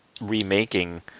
remaking